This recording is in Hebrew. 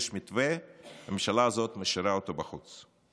יש מתווה, הממשלה הזאת משאירה אותו בחוץ.